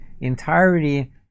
entirely